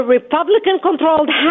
Republican-controlled